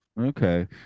Okay